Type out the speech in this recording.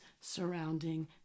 surrounding